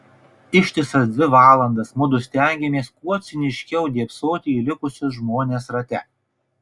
ištisas dvi valandas mudu stengėmės kuo ciniškiau dėbsoti į likusius žmones rate